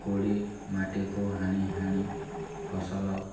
କୋଡ଼ି ମାଟିକୁ ହାଣି ହାଣି ଫସଲ